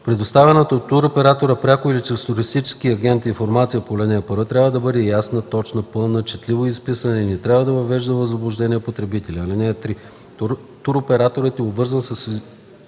Предоставената от туроператора пряко или чрез туристически агент информация по ал. 1 трябва да бъде ясна, точна, пълна, четливо изписана и не трябва да въвежда в заблуждение потребителя. (3) Туроператорът е обвързан с